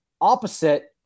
opposite